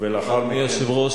אדוני היושב-ראש,